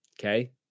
okay